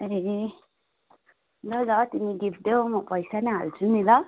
ए ल ल तिमी गिफ्ट देऊ म पैसै नै हाल्छु नि ल